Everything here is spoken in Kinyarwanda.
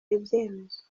ibyemezo